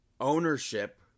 ownership